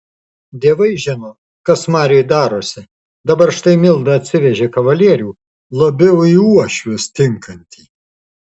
dievai žino kas mariui darosi dabar štai milda atsivežė kavalierių labiau į uošvius tinkantį